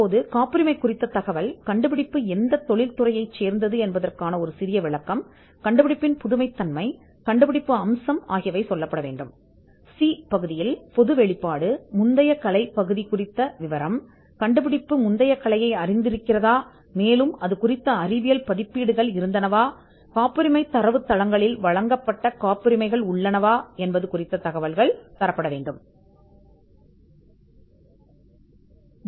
இப்போது கண்டுபிடிப்பின் காப்புரிமை தலைப்பு பற்றிய தகவல்கள் எந்த தொழில்நுட்பத் துறையானது சுருக்கமான விளக்கத்திற்கு சொந்தமானது நாவல் அம்சம் கண்டுபிடிப்பு அம்சம் மற்றும் பகுதி சி பொது வெளிப்பாடு மற்றும் பகுதி முன் கலை கண்டுபிடிப்பு சில முந்தைய கலைகளை அறிந்திருக்கிறதா நீங்கள் செய்வீர்கள் விஞ்ஞான வெளியீடுகள் அல்லது காப்புரிமை தரவுத்தளங்கள் உள்ளனவா என்பதைக் கண்டறியவும்